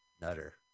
Nutter